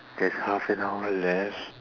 there's half an hour left